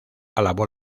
alabó